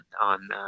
on